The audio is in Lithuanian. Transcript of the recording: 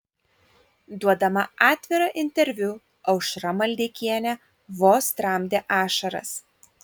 duodama atvirą interviu aušra maldeikienė vos tramdė ašaras